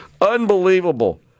Unbelievable